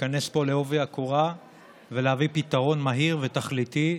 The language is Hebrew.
להיכנס פה בעובי הקורה ולהביא פתרון מהיר ותכליתי,